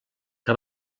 que